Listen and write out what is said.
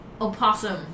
opossum